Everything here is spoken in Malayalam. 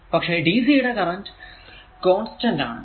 പക്ഷെ dc യുടെ കറന്റ് കോൺസ്റ്റന്റ് ആണ്